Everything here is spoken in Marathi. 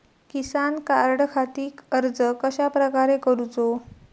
किसान कार्डखाती अर्ज कश्याप्रकारे करूचो?